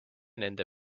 nende